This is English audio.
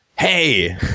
hey